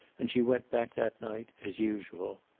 and she went back that night, as usual.